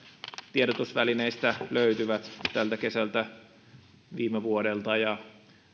tiedotusvälineistä löytyvät tältä kesältä ja viime vuodelta ja